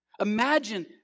Imagine